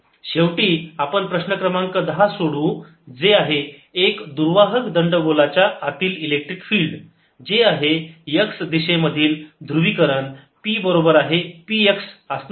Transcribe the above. शेवटी आपण प्रश्न क्रमांक दहा सोडून जे आहे एका दुर्वाहक दंड गोलाच्या आतील इलेक्ट्रिक फील्ड जे आहे x दिशेमधील ध्रुवीकरण P बरोबर आहे P x असणार आहे